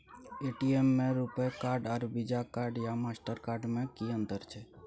ATM में RuPay card आर Visa card या मास्टर कार्ड में कि अतंर छै?